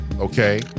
Okay